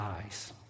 eyes